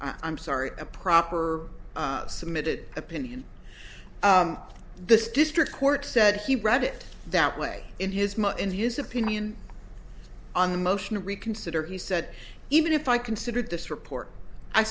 i'm sorry a proper submitted opinion the district court said he read it that way in his most in his opinion on the motion to reconsider he said even if i considered this report i